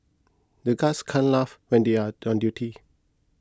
the guards can't laugh when they are on duty